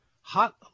hot